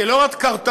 זה לא עוד קרתנות,